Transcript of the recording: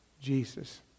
Jesus